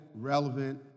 Relevant